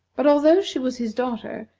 but although she was his daughter,